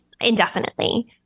indefinitely